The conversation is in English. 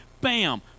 Bam